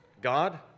God